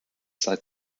seit